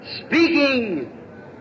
Speaking